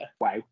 Wow